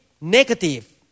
negative